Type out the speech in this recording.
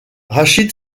rachid